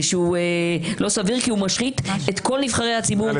שהוא לא סביר כי הוא משחית את כל נבחרי הציבור,